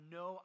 no